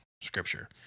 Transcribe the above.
Scripture